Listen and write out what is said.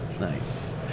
Nice